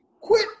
quit